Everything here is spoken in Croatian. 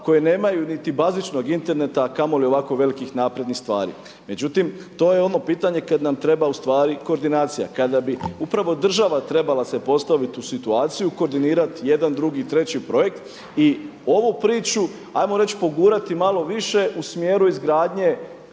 koje nemaju niti bazičnog interneta, a kamoli ovako velikih naprednih stvari. Međutim, to je ono pitanje kada nam treba ustvari koordinacija, kada bi upravo država trebala se postaviti u situaciju koordinirati jedan, drugi, treći projekt i ovu priču ajmo reći pogurati malo više u smjeru izgradnje